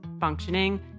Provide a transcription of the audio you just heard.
functioning